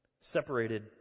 Separated